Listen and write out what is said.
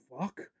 fuck